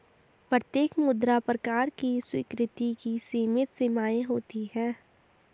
प्रत्येक मुद्रा प्रकार की स्वीकृति की सीमित सीमाएँ होती हैं